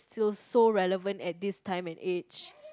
still so relevant at this time and age